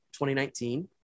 2019